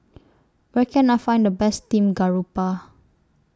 Where Can I Find The Best Steamed Garoupa